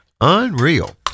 Unreal